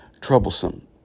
troublesome